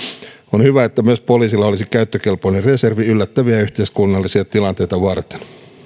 on hyvä että myös poliisilla olisi käyttökelpoinen reservi yllättäviä yhteiskunnallisia tilanteita varten